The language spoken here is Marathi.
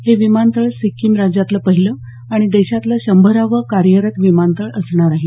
हे विमानतळ सिक्किम राज्यातलं पहिलं आणि देशातलं शंभरावं कार्यरत विमानतळ असणार आहे